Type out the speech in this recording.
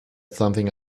something